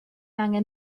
angen